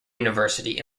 university